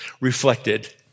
reflected